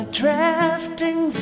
drafting